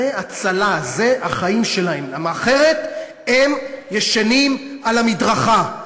זה הצלה, זה החיים שלהם, אחרת הם ישנים על המדרכה.